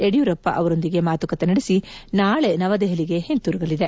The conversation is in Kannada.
ಯಡಿಯೂರಪ್ಪ ಅವರೊಂದಿಗೆ ಮಾತುಕತೆ ನಡೆಸಿ ನಾಳೆ ನವದೆಹಲಿಗೆ ಹಿಂತಿರುಗಲಿದೆ